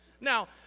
Now